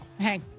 Hey